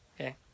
Okay